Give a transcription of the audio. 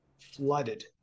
flooded